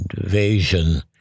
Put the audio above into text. invasion